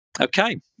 Okay